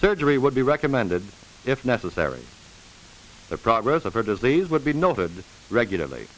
surgery would be recommended if necessary the progress of her disease would be noted regula